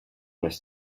must